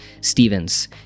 stevens